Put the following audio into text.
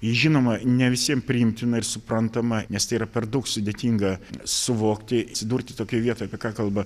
ji žinoma ne visiem priimtina ir suprantama nes tai yra per daug sudėtinga suvokti atsidurti tokioj vietoj apie ką kalba